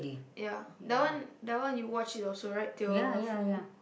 ya that one that one you watch it also right till full